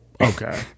Okay